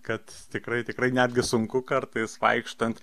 kad tikrai tikrai netgi sunku kartais vaikštant